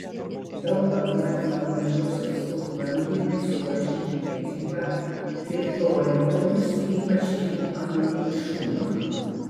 daug ką gąsdina valdžios atstovų bandymai suvaržyti prekybą kriptovaliutomis ypač jų anonimiškumą